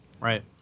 Right